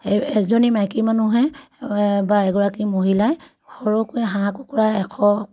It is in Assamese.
সেই এজনী মাইকী মানুহে বা এগৰাকী মহিলাই সৰুকৈ হাঁহ কুকুৰা এশ